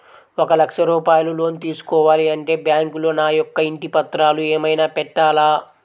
ఒక లక్ష రూపాయలు లోన్ తీసుకోవాలి అంటే బ్యాంకులో నా యొక్క ఇంటి పత్రాలు ఏమైనా పెట్టాలా?